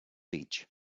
beach